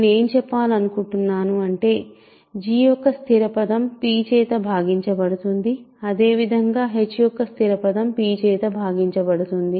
నేను ఏం చెప్పాలి అనుకుంటున్నాను అంటే g యొక్క స్థిర పదం p చేత భాగించబడుతుంది అదేవిధంగా h యొక్క స్థిర పదం p చేత భాగించబడుతుంది